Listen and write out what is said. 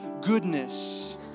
goodness